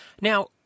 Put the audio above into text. Now